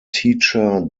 teacher